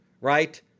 right